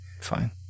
fine